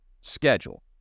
schedule